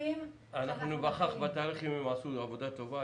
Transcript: אנחנו ניווכח בתהליך אם הם עשו עבודה טובה.